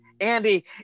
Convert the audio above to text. Andy